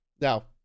Now